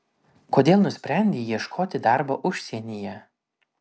kodėl nusprendei ieškoti darbo užsienyje